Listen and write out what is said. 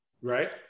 right